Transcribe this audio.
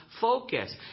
focus